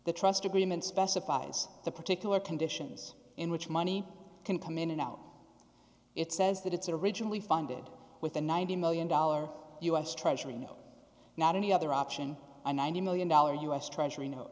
the trust agreement specifies the particular conditions in which money can come in and out it says that it's originally funded with a ninety million dollars u s treasury no not any other option and ninety million dollars u s treasury notes